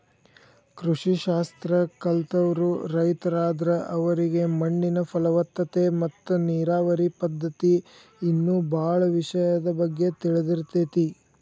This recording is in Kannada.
ಕೃಷಿ ಶಾಸ್ತ್ರ ಕಲ್ತವ್ರು ರೈತರಾದ್ರ ಅವರಿಗೆ ಮಣ್ಣಿನ ಫಲವತ್ತತೆ ಮತ್ತ ನೇರಾವರಿ ಪದ್ಧತಿ ಇನ್ನೂ ಬಾಳ ವಿಷಯದ ಬಗ್ಗೆ ತಿಳದಿರ್ತೇತಿ